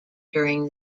during